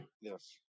yes